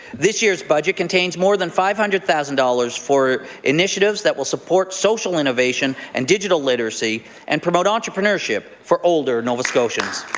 this year's budget contains more than five hundred thousand dollars for initiatives that will support social innovation and digital literacy and promote entrepreneurship for older nova scotians.